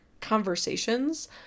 conversations